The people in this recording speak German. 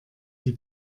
die